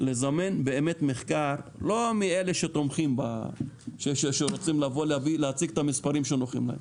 לזמן מחקר לא מאלה שרוצים להציג את המספרים שנוחים להם.